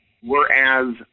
Whereas